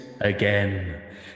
again